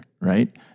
right